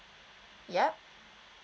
yup